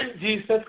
Jesus